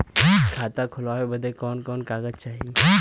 खाता खोलवावे बादे कवन कवन कागज चाही?